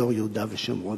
באזור יהודה ושומרון.